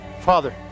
Father